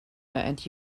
and